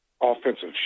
offensive